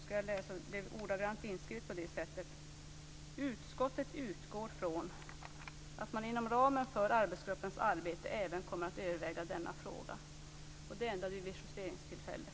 Det står ordagrant: "Utskottet utgår från att man inom ramen för arbetsgruppens arbete även kommer att överväga denna fråga." Det ändrade vi vid justeringstillfället.